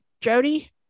Jody